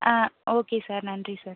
ஆ okay sir நன்றி sir